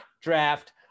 draft